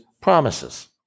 promises